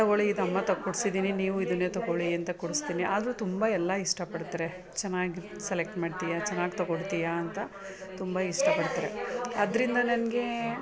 ತಗೊಳ್ಳಿ ಇದು ಅಮ್ಮ ತಕ್ಕೊಡ್ಸಿದ್ದೀನಿ ನೀವು ಇದನ್ನೇ ತಗೊಳ್ಳಿ ಅಂತ ಕೊಡಿಸ್ತೀನಿ ಆದರೂ ತುಂಬ ಎಲ್ಲ ಇಷ್ಟಪಡ್ತಾರೆ ಚೆನ್ನಾಗಿದು ಸೆಲೆಕ್ಟ್ ಮಾಡ್ತೀಯಾ ಚೆನ್ನಾಗ್ ತಗೊಡ್ತೀಯ ಅಂತ ತುಂಬ ಇಷ್ಟಪಡ್ತಾರೆ ಅದರಿಂದ ನನಗೆ